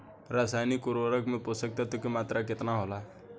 रसायनिक उर्वरक मे पोषक तत्व के मात्रा केतना होला?